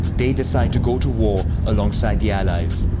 they decide to go to war alongside the allies.